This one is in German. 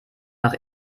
nach